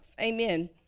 amen